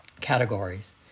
categories